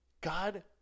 God